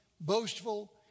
boastful